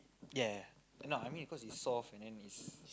ya ya no I mean because it's soft and then is